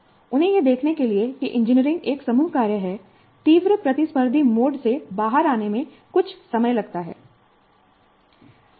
उन्हें यह देखने के लिए कि इंजीनियरिंग एक समूह कार्य है तीव्र प्रतिस्पर्धी मोड से बाहर आने में कुछ समय लग सकता है